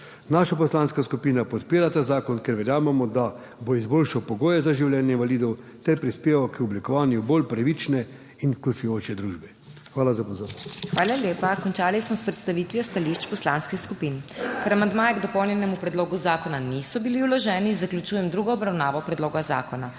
Naša poslanska skupina podpira ta zakon, ker verjamemo, da bo izboljšal pogoje za življenje invalidov ter prispeval k oblikovanju bolj pravične in vključujoče družbe. Hvala za pozornost. **PODPREDSEDNICA MAG. MEIRA HOT:** Hvala lepa. Končali smo s predstavitvijo stališč poslanskih skupin. Ker amandmaji k dopolnjenemu predlogu zakona niso bili vloženi, zaključujem drugo obravnavo predloga zakona.